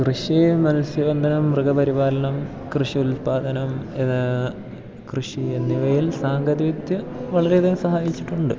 കൃഷി മത്സ്യ ബന്ധനം മൃഗ പരിപാലനം കൃഷി ഉത്പാദനം കൃഷി എന്നിവയിൽ സാങ്കേതിക വിദ്യ വളരെയധികം സഹായിച്ചിട്ടുണ്ട്